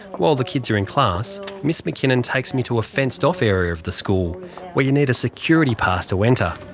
while the kids are in class, ms mckinnon takes me to a fenced off area of the school where you need a security pass to enter.